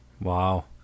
Wow